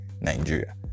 Nigeria